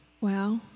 Wow